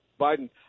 Biden